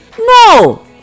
No